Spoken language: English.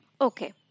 Okay